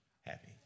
happy